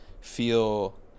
feel